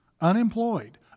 Unemployed